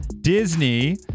Disney